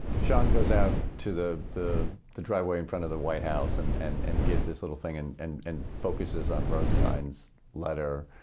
sean goes out to the the driveway in front of the white house and and and gives this little thing and and and focuses on rosenstein's letter.